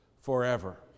forever